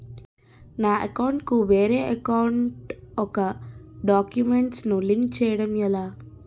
నా అకౌంట్ కు వేరే అకౌంట్ ఒక గడాక్యుమెంట్స్ ను లింక్ చేయడం ఎలా?